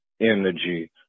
energy